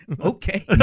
Okay